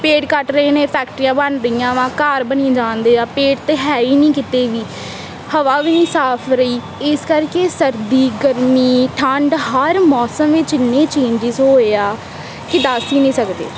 ਪੇੜ ਕੱਟ ਰਹੇ ਨੇ ਫੈਕਟਰੀਆਂ ਬਣ ਰਹੀਆਂ ਵਾ ਘਰ ਬਣੀ ਜਾਂਦੇ ਆ ਪੇੜ ਤਾਂ ਹੈ ਹੀ ਨਹੀਂ ਕਿਤੇ ਵੀ ਹਵਾ ਵੀ ਨਹੀਂ ਸਾਫ ਰਹੀ ਇਸ ਕਰਕੇ ਸਰਦੀ ਗਰਮੀ ਠੰਡ ਹਰ ਮੌਸਮ ਵਿੱਚ ਇੰਨੇ ਚੇਂਜਿਜ ਹੋਏ ਆ ਕਿ ਦੱਸ ਹੀ ਨਹੀਂ ਸਕਦੇ